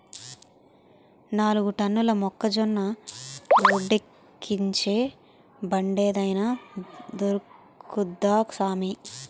నాలుగు టన్నుల మొక్కజొన్న రోడ్డేక్కించే బండేదైన దొరుకుద్దా సామీ